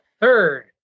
third